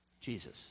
Jesus